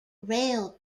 rail